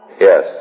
yes